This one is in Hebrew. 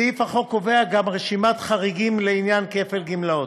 סעיף החוק קובע גם רשימת חריגים לעניין כפל גמלאות,